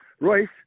Royce